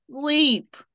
sleep